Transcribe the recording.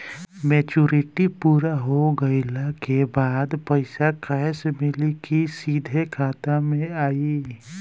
Maturity पूरा हो गइला के बाद पईसा कैश मिली की सीधे खाता में आई?